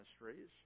ministries